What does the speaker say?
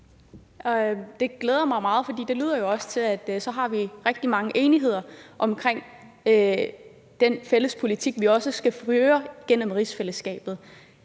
Det glæder mig meget, og det lyder jo også til, at vi er meget enige om den fælles politik, som vi også skal føre gennem rigsfællesskabet.